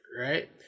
right